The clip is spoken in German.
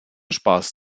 spaß